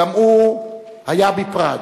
גם הוא היה מפראג,